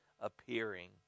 appearing